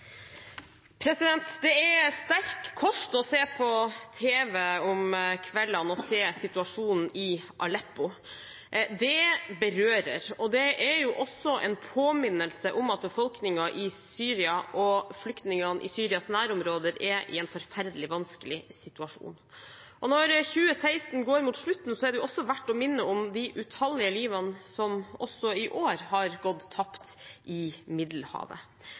sterk kost å se på tv om kveldene – å se situasjonen i Aleppo. Det berører, og det er også en påminnelse om at befolkningen i Syria og flyktningene i Syrias nærområder er i en forferdelig vanskelig situasjon. Når 2016 går mot slutten, er det verdt å minne om de utallige livene som også i år har gått tapt i Middelhavet.